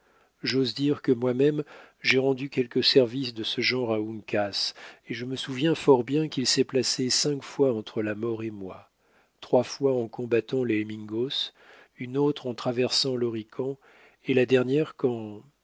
j'ose dire que moi-même j'ai rendu quelques services de ce genre à uncas et je me souviens fort bien qu'il s'est placé cinq fois entre la mort et moi trois fois en combattant les mingos une autre en traversant l'horican et la dernière quand